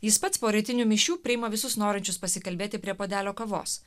jis pats po rytinių mišių priima visus norinčius pasikalbėti prie puodelio kavos